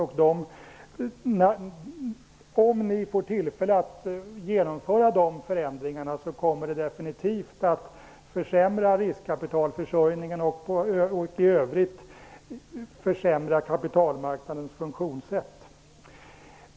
Om ni får tillfälle att genomföra de förändringarna, kommer riskkapitalförsörjningen och kapitalmarknadens funktionssätt i övrigt definitivt att försämras.